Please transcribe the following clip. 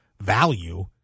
value